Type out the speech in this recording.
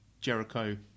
Jericho